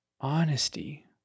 honesty